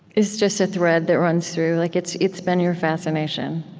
is just a thread that runs through. like it's it's been your fascination.